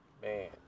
Man